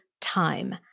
time